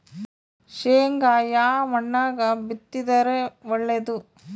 ಶೇಂಗಾ ಯಾ ಮಣ್ಣಾಗ ಬಿತ್ತಿದರ ಒಳ್ಳೇದು?